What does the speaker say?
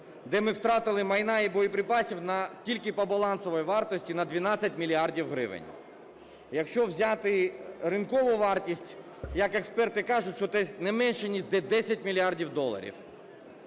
де ми втратили майна і боєприпасів тільки по балансовій вартості на 12 мільярдів гривень. Якщо взяти ринкову вартість, як експерти кажуть, що десь не менше ніж десять мільярдів доларів.